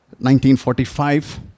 1945